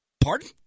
Pardon